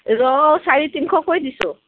ৰৌ চাৰে তিনিশকৈ দিছোঁ